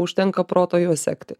užtenka proto juo sekti